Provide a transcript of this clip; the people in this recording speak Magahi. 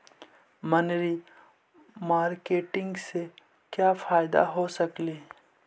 मनरी मारकेटिग से क्या फायदा हो सकेली?